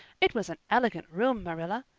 it was an elegant room, marilla,